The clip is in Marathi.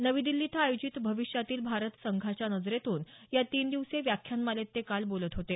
नवी दिल्ली इथं आयोजित भविष्यातील भारत संघाच्या नजरेतून या तीन दिवसीय व्याख्यानमालेत ते काल बोलत होते